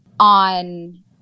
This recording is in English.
on